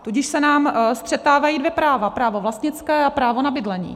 Tudíž se nám střetávají dvě práva, právo vlastnické a právo na bydlení.